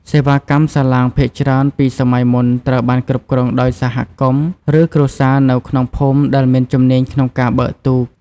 សេវាកម្មសាឡាងភាគច្រើនពីសម័យមុនត្រូវបានគ្រប់គ្រងដោយសហគមន៍ឬគ្រួសារនៅក្នុងភូមិដែលមានជំនាញក្នុងការបើកទូក។